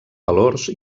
valors